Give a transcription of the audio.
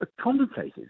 contemplated